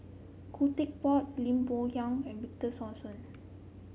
Khoo Teck Puat Lim Bo Yam and Victor Sassoon